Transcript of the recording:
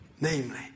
Namely